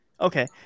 Okay